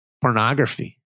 pornography